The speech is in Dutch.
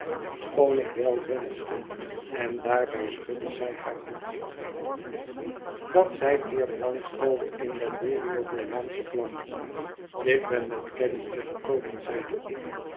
schoon ik wel wenschte en daarbij schudde zij haar hoofd dat zij meer belang stelde in dat borrioboolaansche plan ik ben met caddy hier gekomen zeide ik